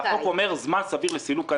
החוק אומר: זמן סביר לסילוק הנזק.